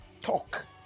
talk